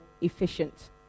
efficient